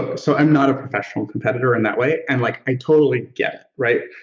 so, i'm not a professional competitor in that way, and like i totally get, right,